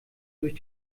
durch